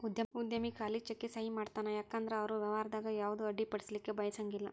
ಉದ್ಯಮಿ ಖಾಲಿ ಚೆಕ್ಗೆ ಸಹಿ ಮಾಡತಾನ ಯಾಕಂದ್ರ ಅವರು ವ್ಯವಹಾರದಾಗ ಯಾವುದ ಅಡ್ಡಿಪಡಿಸಲಿಕ್ಕೆ ಬಯಸಂಗಿಲ್ಲಾ